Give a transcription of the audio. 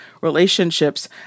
relationships